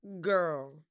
Girl